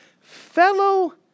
Fellow